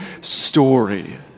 story